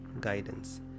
guidance